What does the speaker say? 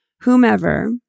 whomever